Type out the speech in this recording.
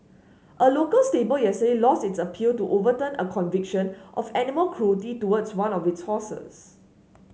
a local stable yesterday lost its appeal to overturn a conviction of animal cruelty towards one of its horses